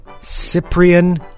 Cyprian